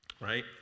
Right